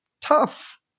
tough